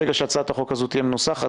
ברגע שהצעת החוק הזאת תהיה מנוסחת,